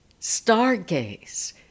Stargaze